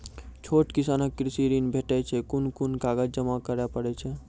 छोट किसानक कृषि ॠण भेटै छै? कून कून कागज जमा करे पड़े छै?